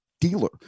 dealer